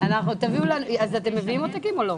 תביאו, אתם מביאים עותקים או לא?